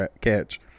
catch